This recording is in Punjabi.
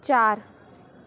ਚਾਰ